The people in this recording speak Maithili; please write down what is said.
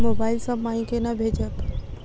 मोबाइल सँ पाई केना भेजब?